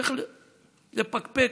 צריך לפקפק,